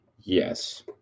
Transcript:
yes